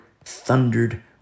thundered